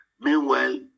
Meanwhile